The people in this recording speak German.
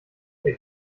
der